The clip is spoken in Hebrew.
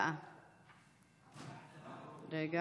הצבעה, בבקשה.